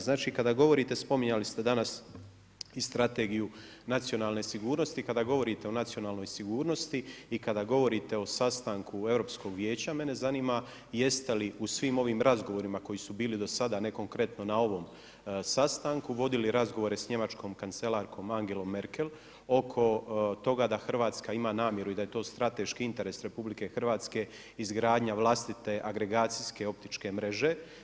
Znači kada govorite, spominjali ste danas i Strategiju nacionalne sigurnosti, kada govorite o nacionalnoj sigurnosti i kada govorite o sastanku Europskog vijeća mene zanima jeste li u svim ovim razgovorima koji su bili do sada a ne konkretno na ovom sastanku, vodili razgovore sa njemačkom kancelarkom Angelom Merkel oko toga da Hrvatska ima namjeru i da je to strateški interes RH izgradnja vlastite agregacijske optičke mreže.